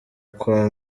kwa